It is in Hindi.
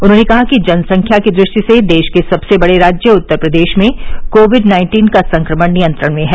उन्होंने कहा कि जनसंख्या की दृष्टि से देश के सबसे बड़े राज्य उत्तर प्रदेश में कोविड नाइन्टीन का संक्रमण नियंत्रण में है